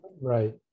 Right